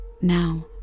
Now